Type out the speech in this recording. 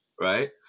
right